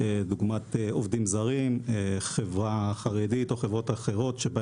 אני מרשות שוק ההון.